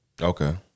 Okay